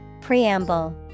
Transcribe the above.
Preamble